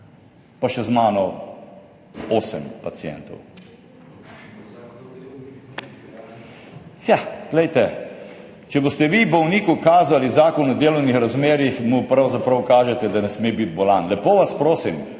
…/ oglašanje iz dvorane/ Ja, glejte, če boste vi bolniku kazali Zakon o delovnih razmerjih, mu pravzaprav kažete, da ne sme biti bolan. Lepo vas prosim.